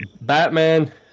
Batman